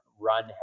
run